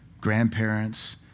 grandparents